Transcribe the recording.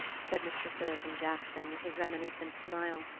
said mr. sillerton jackson with his reminiscent smile,